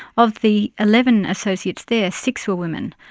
of the eleven associates there, six were women,